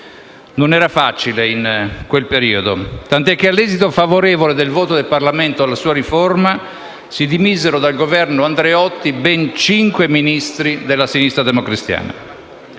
Non era facile in quel periodo tant'è che, all'esito favorevole del voto del Parlamento alla sua riforma, si dimisero dal Governo Andreotti ben cinque Ministri della sinistra democristiana.